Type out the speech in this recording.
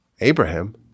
Abraham